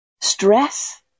stress